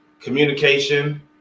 communication